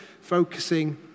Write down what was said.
focusing